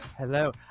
Hello